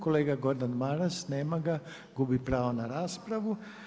Kolega Gordan Maras, nema ga, gubi pravo na raspravu.